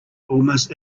almost